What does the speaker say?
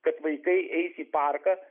kad vaikai eis į parką